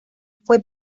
fue